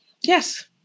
Yes